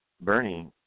Bernie